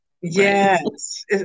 Yes